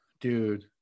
Dude